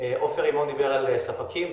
עופר רימון דיבר על ספקים,